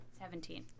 Seventeen